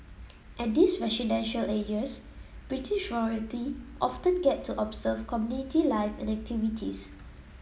at these residential areas British royalty often get to observe community life and activities